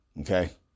okay